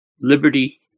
liberty